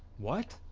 what?